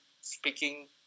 speaking